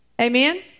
amen